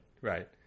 Right